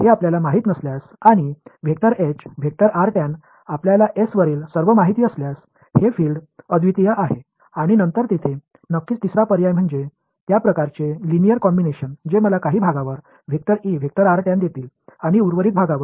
तर हे आपल्याला माहित नसल्यास आणि आपल्याला एस वरील सर्व माहिती असल्यास हे फील्ड अद्वितीय आहे आणि नंतर तेथे नक्कीच तिसरा पर्याय म्हणजे त्या प्रकारचे लिनिअर कॉम्बिनेशन जे मला काही भागावर देतील आणि उर्वरित भागावर